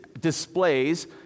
displays